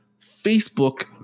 Facebook